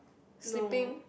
sleeping